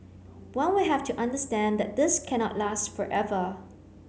one will have to understand that this cannot last forever